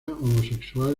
homosexual